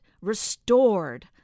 restored